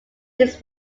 this